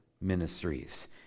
Ministries